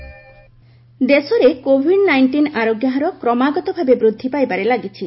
Covid status ଦେଶରେ covid nineteen ଆରୋଗ୍ୟ ହାର କ୍ରମାଗତ ଭାବେ ବୃଦ୍ଧି ପାଇବାରେ ଲାକିଛି